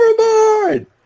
overboard